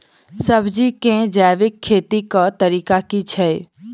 सब्जी केँ जैविक खेती कऽ तरीका की अछि?